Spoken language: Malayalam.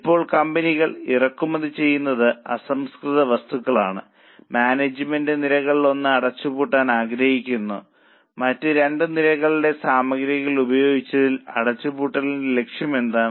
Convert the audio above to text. ഇപ്പോൾ കമ്പനികൾ ഇറക്കുമതി ചെയ്യുന്നത് അസംസ്കൃത വസ്തുക്കളാണ് മാനേജ്മെന്റ് നിരകളിലൊന്ന് അടച്ചുപൂട്ടാൻ ആഗ്രഹിക്കുന്നു മറ്റ് രണ്ടു നിരകളിൽ സാമഗ്രികൾ ഉപയോഗിക്കുന്നതിൽ അടച്ചുപൂട്ടലിന്റെ ലക്ഷ്യമെന്താണ്